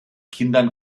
kindern